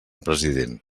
president